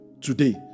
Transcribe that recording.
today